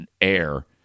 air